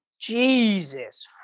Jesus